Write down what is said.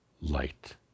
light